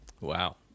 Wow